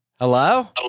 Hello